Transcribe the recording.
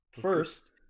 First